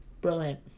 Brilliant